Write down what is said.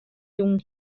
jûn